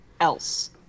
else